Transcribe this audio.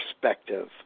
perspective